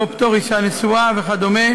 כמו פטור אישה נשואה וכדומה,